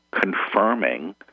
confirming